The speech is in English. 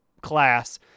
class